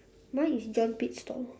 mine is john pit stall